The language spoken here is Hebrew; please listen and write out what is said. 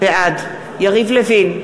בעד יריב לוין,